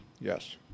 Yes